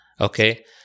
Okay